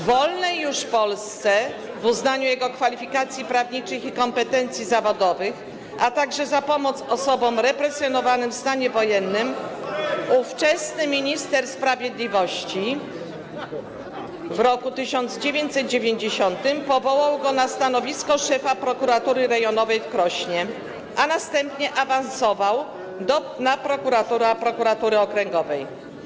W wolnej już Polsce w uznaniu jego kwalifikacji prawniczych i kompetencji zawodowych, a także za pomoc osobom represjonowanym w stanie wojennym ówczesny minister sprawiedliwości w roku 1990 powołał go na stanowisko szefa Prokuratury Rejonowej w Krośnie (Poruszenie na sali), a następnie awansował na prokuratora Prokuratury Okręgowej.